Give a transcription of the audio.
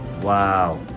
Wow